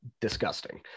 disgusting